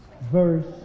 verse